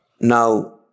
Now